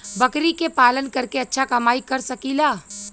बकरी के पालन करके अच्छा कमाई कर सकीं ला?